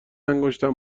انگشتم